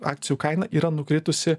akcijų kaina yra nukritusi